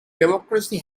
democracy